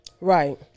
Right